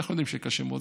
אנחנו יודעים שקשה מאוד.